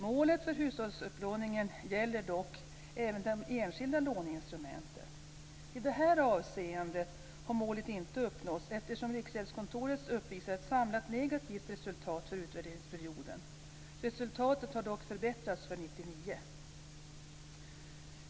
Målet för hushållsupplåningen gäller dock även de enskilda låneinstrumenten. I detta avseende har målet inte uppnåtts, eftersom Riksgäldskontoret uppvisar ett samlat negativt resultat för utvärderingsperioden. Resultatet har dock förbättrats för 1999.